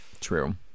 true